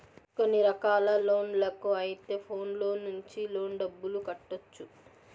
కొన్ని రకాల లోన్లకు అయితే ఫోన్లో నుంచి లోన్ డబ్బులు కట్టొచ్చు